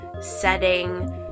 setting